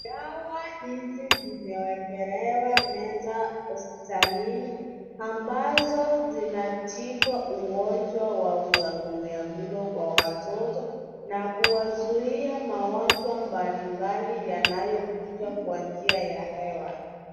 Dawa hizi zimewekelewa meza hospitalini ambazo zinatibu ugonjwa wa utapia mlo kwa watoto na kuwazuia magonjwa mbali mbali yanayokuja kwa njia ya hewa.